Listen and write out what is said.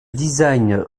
design